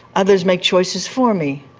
others make choices for me,